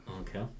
Okay